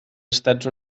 estats